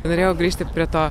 norėjau grįžti prie to